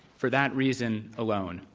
for that reason alone,